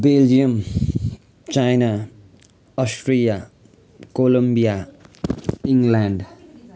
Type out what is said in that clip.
Belgium China Austria Colombia England